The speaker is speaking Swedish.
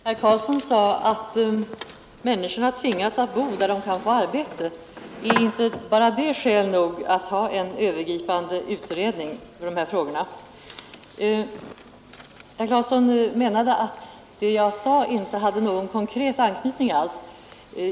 Herr talman! Herr Karlsson i Huskvarna sade att människorna tvingas att bo där de kan få arbete. Är inte bara det skäl nog för en övergripande utredning i dessa frågor? Herr Karlsson menade att vad jag sade inte hade någon konkret anknytning alls.